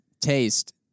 taste